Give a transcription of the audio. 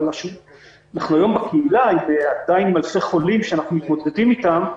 היום בקהילה אנחנו עדיין עם אלפי חולים שאנחנו מתמודדים איתם,